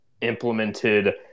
implemented